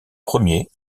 premier